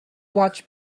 watch